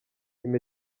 carey